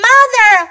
Mother